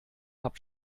habt